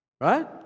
Right